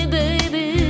baby